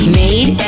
made